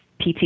PT